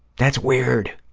that's weird.